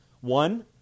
One